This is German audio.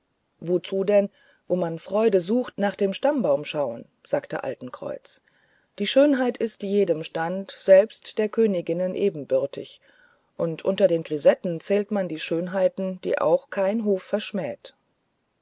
wozu denn wo man freude sucht nach dem stammbaum schauen sagte altenkreuz die schönheit ist jedem stande selbst den königinnen ebenbürtig und unter den grisetten zählt man die schönheiten die auch kein hof verschmäht